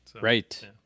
Right